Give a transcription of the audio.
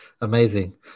Amazing